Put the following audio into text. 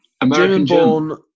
American-born